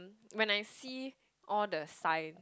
when I see all the sign